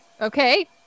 Okay